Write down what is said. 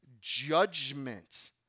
judgment